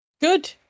Good